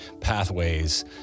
pathways